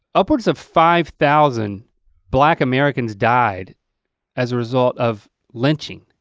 upwards of five thousand black americans died as a result of lynching.